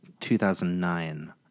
2009